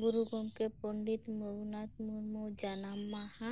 ᱜᱩᱨᱩ ᱜᱚᱝᱠᱮ ᱯᱚᱸᱰᱤᱛ ᱨᱚᱜᱷᱩᱱᱟᱛᱷ ᱢᱩᱨᱢᱩ ᱡᱟᱱᱟᱢ ᱢᱟᱦᱟ